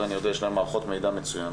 זה אני יודע, יש להם מערכות מידע מצוינות.